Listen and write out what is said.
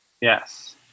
Yes